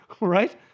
Right